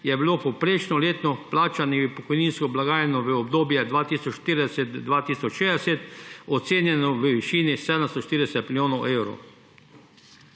je bilo povprečno letno vplačanih v pokojninsko blagajno v obdobju 2040−2060 ocenjeno v višini 740 milijonov evrov.